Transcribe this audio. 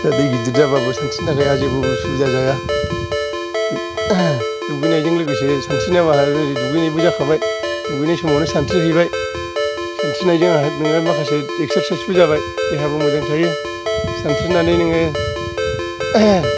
दा दै गिदिर जाबाबो सानस्रिनो थाखाय आंहा जेबो सुबिदा जाया दुगैनायजों लोगोसे सानस्रिनायाव आंहा ओरै दुगैनायबो जाखाबाय दुगैनाय समावनो सानस्रिहैबाय सानस्रिनाय जों आंहा नोङो माखासे एक्सारसाइसबो जाबाय देहाबो मोजां थायो सानस्रिनानै नोङो